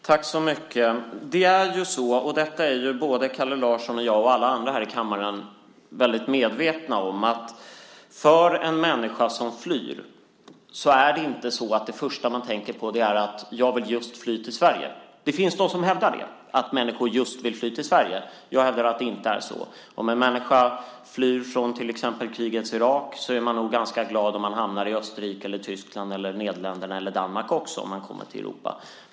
Fru talman! Det är ju inte så - och det är både Kalle Larsson, jag och alla andra i kammaren väl medvetna om - att det första en människa som flyr tänker på är att han eller hon vill fly till Sverige. Det finns de som hävdar att människor vill fly till just Sverige. Jag hävdar att det inte är så. Om man flyr från till exempel krigets Irak är man nog ganska glad antingen man hamnar i Österrike, Tyskland, Nederländerna eller Danmark, ifall man kommer till Europa.